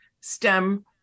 stem